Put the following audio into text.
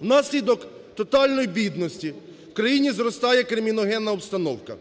Внаслідок тотальної бідності в країні зростає криміногенна обстановка.